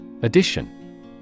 Addition